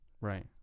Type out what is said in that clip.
right